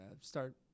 start